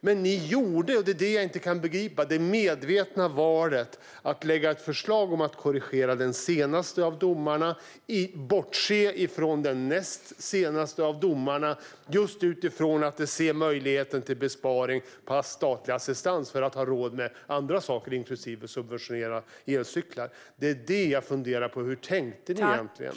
Men ni gjorde, och det är det jag inte kan begripa, det medvetna valet att lägga fram ett förslag om att korrigera den senaste av domarna och bortse från den näst senaste - just utifrån att ni såg möjligheten till besparingar på statlig assistans för att ha råd med andra saker, inklusive att subventionera elcyklar. Det är det jag funderar på. Hur tänkte ni egentligen?